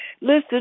Listen